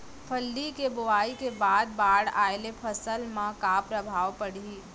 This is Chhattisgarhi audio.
फल्ली के बोआई के बाद बाढ़ आये ले फसल मा का प्रभाव पड़ही?